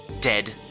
dead